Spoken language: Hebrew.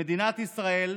במדינת ישראל,